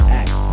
act